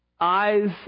eyes